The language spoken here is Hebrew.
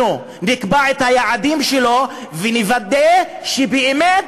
אנחנו נקבע את היעדים שלו ונוודא שבאמת